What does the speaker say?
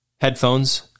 headphones